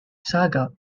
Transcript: saga